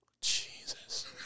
Jesus